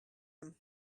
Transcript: him